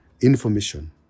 information